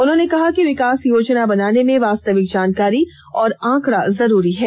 उन्होंने कहा कि विकास योजना बनाने में वास्तविक जानकारी और आंकड़ा जरूरी है